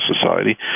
society